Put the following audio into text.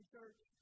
church